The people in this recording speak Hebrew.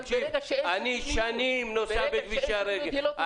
אני שנים נוסע בכבישי הנגב,